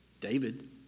David